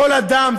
כל אדם,